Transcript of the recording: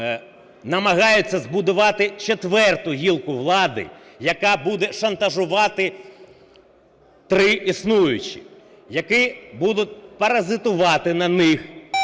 намагаються збудувати четверту гілку влади, яка буде шантажувати три існуючі, які будуть паразитувати на них,